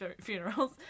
funerals